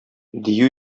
дию